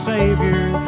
Savior